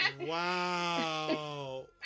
Wow